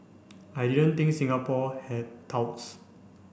I didn't think Singapore had touts